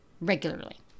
regularly